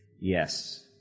Yes